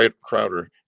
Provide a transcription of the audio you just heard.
Crowder